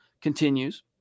continues